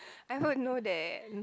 I vote no then